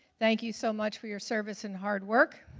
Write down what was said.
thank you so much for your service and hard work,